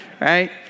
Right